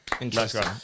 Interesting